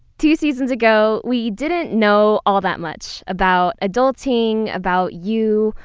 two seasons ago we didn't know all that much about adulting, about you,